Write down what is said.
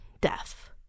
death